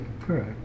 Correct